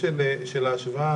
נושא ההשוואה